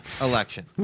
election